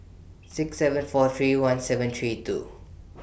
six seven four three one seven three two